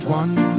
one